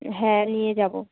হ্যাঁ নিয়ে যাবো